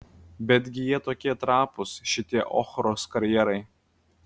betgi jie tokie trapūs šitie ochros karjerai